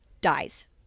dies